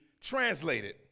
translated